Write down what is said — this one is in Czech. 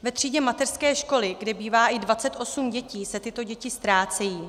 Ve třídě mateřské školy, kde bývá i 28 dětí, se tyto děti ztrácejí.